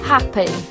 Happy